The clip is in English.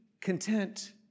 content